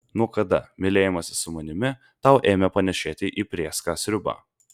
nuo kada mylėjimasis su manimi tau ėmė panėšėti į prėską sriubą